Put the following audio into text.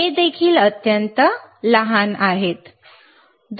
हे देखील अत्यंत लहान आहे